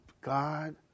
God